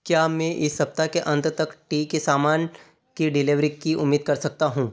क्या मैं इस सप्ताह के अंत तक टी के सामान की डिलेवरी की उम्मीद कर सकता हूँ